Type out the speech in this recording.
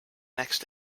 next